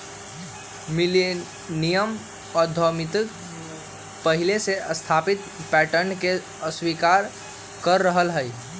millennium उद्यमिता पहिले से स्थापित पैटर्न के अस्वीकार कर रहल हइ